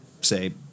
say